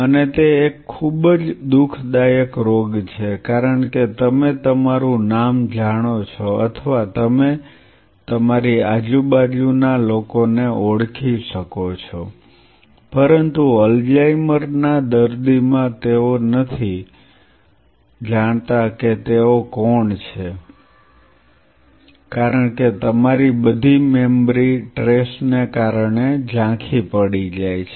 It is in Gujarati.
અને તે એક ખૂબ જ દુઃખ દાયક રોગ છે કારણ કે તમે તમારું નામ જાણો છો અથવા તમે તમારી આજુબાજુ ના લોકો ને ઓળખી શકો છો પરંતુ અલ્ઝાઇમર ના દર્દીમાં તેઓ નથી જાણતા કે તેઓ કોણ છો કારણ કે તમારી બધી મેમરી ટ્રેસને કારણે ઝાંખી પડી જાય છે